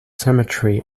cemetery